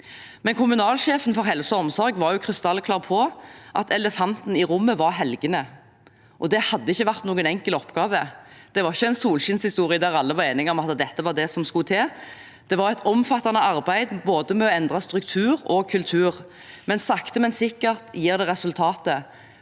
Men kommunalsjefen for helse- og omsorg var krystallklar på at elefanten i rommet var helgene. Det hadde ikke vært en enkel oppgave. Det var ikke en solskinnshistorie der alle var enige om at det var dette som skulle til. Det var et omfattende arbeid med å endre både struktur og kultur, og sakte, men sikkert gir det resultater.